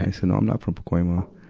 i said, no, i'm not from pacoima.